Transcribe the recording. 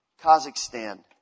Kazakhstan